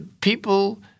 People –